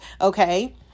okay